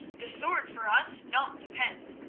the sword for us not the pen!